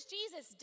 Jesus